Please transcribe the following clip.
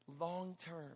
Long-term